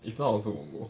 if not I also won't go